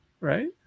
right